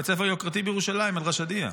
בית ספר יוקרתי בירושלים אל-ראשידיה,